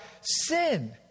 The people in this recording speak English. sin